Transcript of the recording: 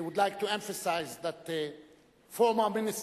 We would like to emphasis that the former minister